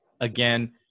again